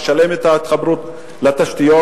לשלם את ההתחברות לתשתיות.